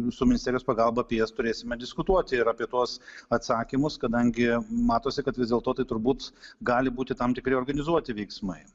su ministerijos pagalba apie jas turėsime diskutuoti ir apie tuos atsakymus kadangi matosi kad vis dėlto tai turbūt gali būti tam tikri organizuoti veiksmai